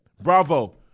Bravo